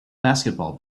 basketball